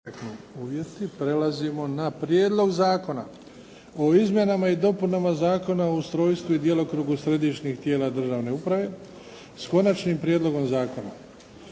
kratko. Prijedlog Zakona o izmjenama i dopunama Zakona o ustrojstvu i djelokrugu središnjih tijela državne uprave, ovaj zakon